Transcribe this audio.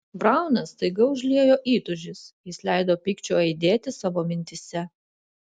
brauną staiga užliejo įtūžis jis leido pykčiui aidėti savo mintyse